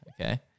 okay